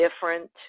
different